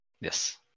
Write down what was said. Yes